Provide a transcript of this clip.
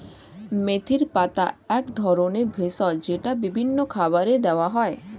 মেথির পাতা এক ধরনের ভেষজ যেটা বিভিন্ন খাবারে দেওয়া হয়